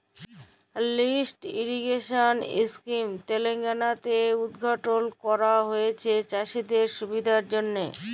lift irrigation scheme তেলেঙ্গালাতে উদঘাটল ক্যরা হঁয়েছে চাষীদের সুবিধার জ্যনহে